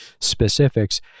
specifics